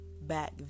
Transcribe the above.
back